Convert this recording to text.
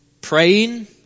praying